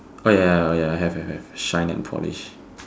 oh ya ya ya oh ya have have have shine and polish